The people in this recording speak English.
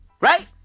Right